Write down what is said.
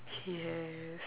he has